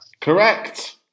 Correct